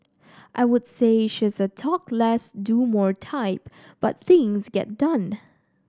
I would say she's a talk less do more type but things get done